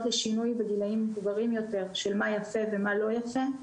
לשינוי בגילאים מבוגרים יותר של מה יפה ומה לא יפה,